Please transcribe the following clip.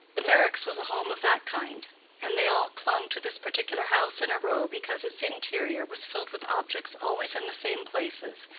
the meyricks' was a home of that kind and they all clung to this particular house in a row because its interior was filled with objects always in the same places,